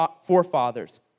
forefathers